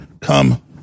come